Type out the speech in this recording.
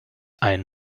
ein